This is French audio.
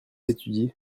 étudient